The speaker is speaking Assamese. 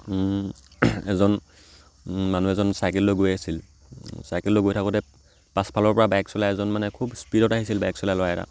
এজন মানুহ এজন চাইকেললৈ গৈ আছিল চাইকেললৈ গৈ থাকোঁতে পাছফালৰ পৰা বাইক চলাই এজন মানে খুব স্পীডত আহিছিল বাইক চলাই ল'ৰা এটা